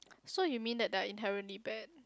so you mean that their inherently bad